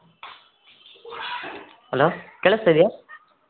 hello ಕೇಳಿಸ್ತಾ ಇದೆಯಾ